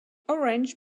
orange